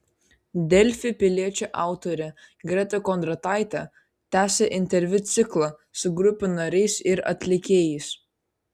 delfi piliečio autorė greta kondrataitė tęsia interviu ciklą su grupių nariais ir atlikėjais